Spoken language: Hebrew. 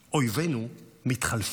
אויבינו מתחלפים,